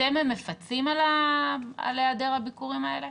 אתם מפצים על היעדר הביקורים האלה?